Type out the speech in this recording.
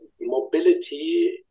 mobility